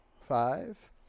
Five